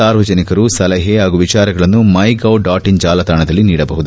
ಸಾರ್ವಜನಿಕರು ಸಲಹೆ ಹಾಗೂ ವಿಚಾರಗಳನ್ನು ಮೈಗೌ ಡಾಟ್ ಇನ್ ಜಾಲತಾಣದಲ್ಲಿ ನೀಡಬಹುದು